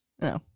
No